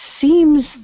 seems